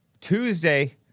Tuesday